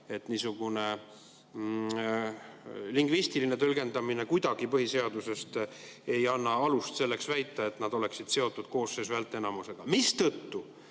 et niisugune lingvistiline tõlgendamine põhiseadusest ei anna alust väita, et nad oleksid seotud koosseisu häälteenamusega. Seetõttu,